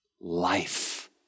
Life